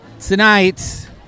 tonight